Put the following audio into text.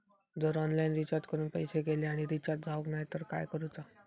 जर online recharge करून पैसे गेले आणि रिचार्ज जावक नाय तर काय करूचा?